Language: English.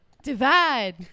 Divide